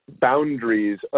boundaries